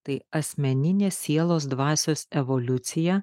tai asmeninė sielos dvasios evoliucija